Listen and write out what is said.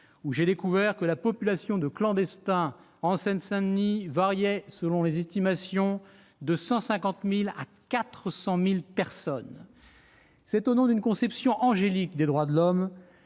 : j'y ai découvert que la population de clandestins en Seine Saint-Denis variait, selon les estimations, de 150 000 à 400 000 personnes ! C'est au nom d'une conception angélique des droits de l'homme